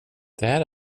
där